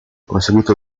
conseguito